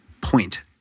point